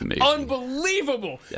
Unbelievable